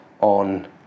on